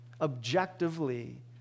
objectively